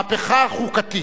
מהפכה חוקתית.